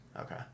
Okay